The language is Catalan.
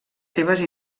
seves